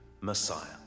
Messiah